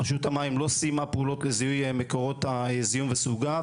רשות המים לא סיימה פעולות לזיהוי מקורות הזיהום וסוגיו,